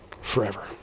forever